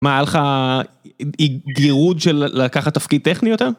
מה היה לך גירוד של לקחת תפקיד טכני יותר?